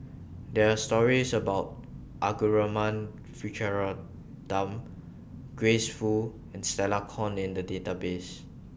There Are stories about Arumugam Vijiaratnam Grace Fu and Stella Kon in The Database